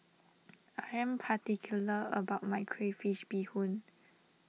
I am particular about my Crayfish BeeHoon